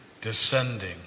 descending